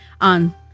on